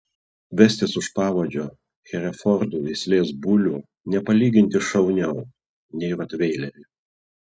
vestis už pavadžio herefordų veislės bulių nepalyginti šauniau nei rotveilerį